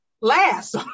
last